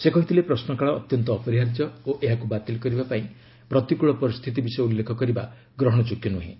ସେ କହିଥିଲେ ପ୍ରଶ୍ନକାଳ ଅତ୍ୟନ୍ତ ଅପରିହାର୍ଯ୍ୟ ଓ ଏହାକୁ ବାତିଲ କରିବା ପାଇଁ ପ୍ରତିକୂଳ ପରିସ୍ଥିତି ବିଷୟ ଉଲ୍ଲେଖ କରିବା ଗ୍ରହଣଯୋଗ୍ୟ ନୁହେଁ